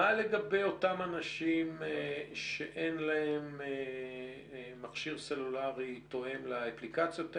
מה לגבי אותם אנשים שאין להם מכשיר סלולרי תואם לאפליקציות האלה?